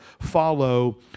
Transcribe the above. follow